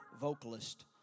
vocalist